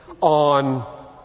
on